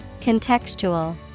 Contextual